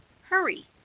Hurry